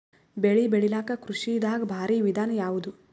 ಬೆಳೆ ಬೆಳಿಲಾಕ ಕೃಷಿ ದಾಗ ಭಾರಿ ವಿಧಾನ ಯಾವುದು?